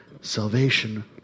Salvation